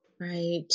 Right